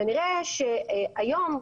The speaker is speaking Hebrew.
נראה שהיום,